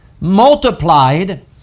multiplied